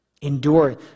Endure